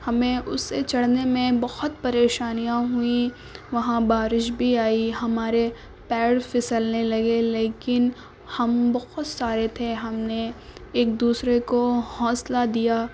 ہمیں اسے چڑھنے میں بہت پریشانیاں ہوئیں وہاں بارش بھی آئی ہمارے پیر پھسلنے لگے لیکن ہم بہت سارے تھے ہم نے ایک دوسرے کو حوصلہ دیا